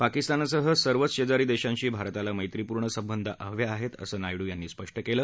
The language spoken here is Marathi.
पाकिस्तानसह सर्वच शेजारी देशांशी भारताला मैत्रीपूर्ण संबंध हवे आहेत असं नायडू यांनी स्पष्ट केलं